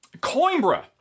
Coimbra